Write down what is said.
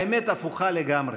האמת הפוכה לגמרי.